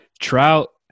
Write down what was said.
Trout